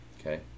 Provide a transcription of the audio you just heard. Okay